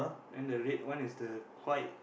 then the red one is the white